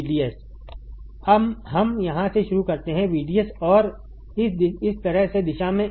VDS हम यहाँ से शुरू करते हैं VDS और इस तरह से दिशा में